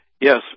Yes